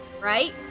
right